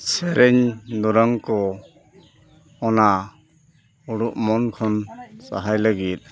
ᱥᱮᱨᱮᱧ ᱫᱩᱨᱟᱹᱝ ᱠᱚ ᱚᱱᱟ ᱩᱰᱩᱜ ᱢᱚᱱ ᱠᱷᱚᱱ ᱥᱟᱦᱟᱭ ᱞᱟᱹᱜᱤᱫ